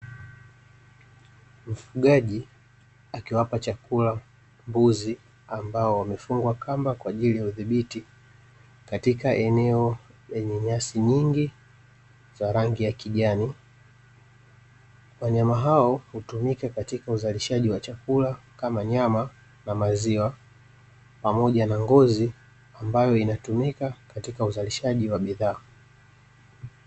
Mfugaji akiwapa chakula mbuzi ambao wamefungwa kamba kwa ajili ya udhibiti katika eneo lenye nyasi nyingi za rangi ya kijani. Wanyama hao hutumika katika uzalishaji wa chakula kama nyama na maziwa, pamoja na ngozi ambayo inatumika katika uzalishaji wa bidhaa.